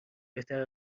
بهتر